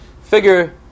Figure